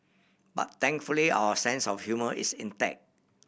but thankfully our sense of humour is intact